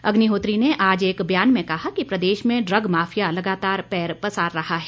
अग्निहोत्री ने आज एक बयान में कहा कि प्रदेश में ड्रग माफिया लगातार पैर पसार रहा है